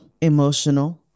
emotional